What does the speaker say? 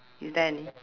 is there any